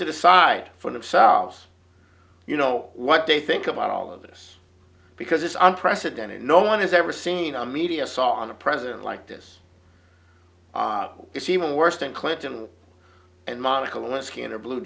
to decide for themselves you know what they think about all of this because it's unprecedented no one has ever seen a media saw on a president like this it's even worse than clinton and monica lewinsky in a blue